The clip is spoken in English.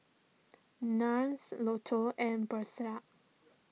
Nars Lotto and